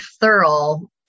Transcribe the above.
thorough